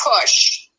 push